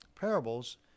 parables